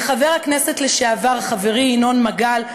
חבר הכנסת לשעבר חברי ינון מגל,